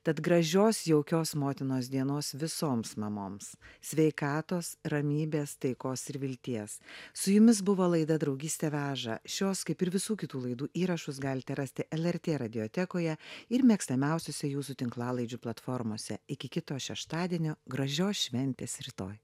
tad gražios jaukios motinos dienos visoms mamoms sveikatos ramybės taikos ir vilties su jumis buvo laida draugystė veža šios kaip ir visų kitų laidų įrašus galite rasti lrt radiotekoje ir mėgstamiausiose jūsų tinklalaidžių platformose iki kito šeštadienio gražios šventės rytoj